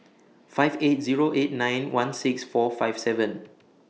five eight Zero eight nine one six four five seven